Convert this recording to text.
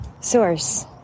source